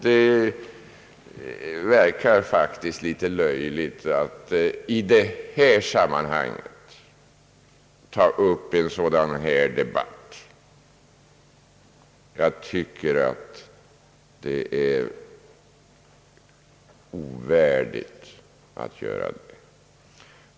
Det verkar faktiskt litet löjligt att i detta sammanhang ta upp en sådan här debatt. Jag tycker att det är ovärdigt att göra det.